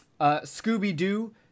Scooby-Doo